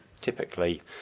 typically